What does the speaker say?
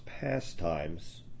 pastimes